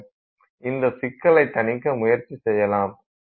இந்த சிக்கலைத் தணிக்க முயற்சி செய்யலாம்